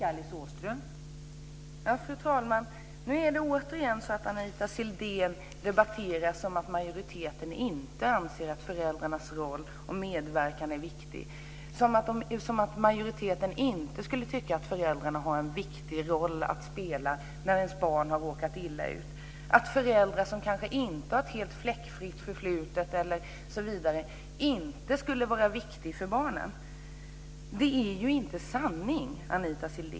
Fru talman! Nu talar Anita Sidén återigen som om majoriteten inte ansåg att föräldrarnas roll och medverkan är viktig, som om majoriteten inte skulle tycka att föräldrarna har en viktig roll att spela när deras barn har råkat illa ut, att föräldrar som kanske inte har ett helt fläckfritt förflutet inte skulle vara viktiga för barnen. Det är ju inte sanning!